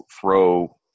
throw